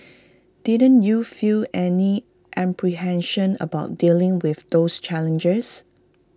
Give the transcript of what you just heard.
didn't you feel any apprehension about dealing with those challenges